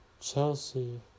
Chelsea